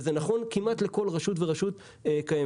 זה נכון כמעט לכל רשות ורשות קיימת.